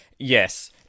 Yes